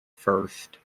first